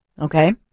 Okay